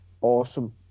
awesome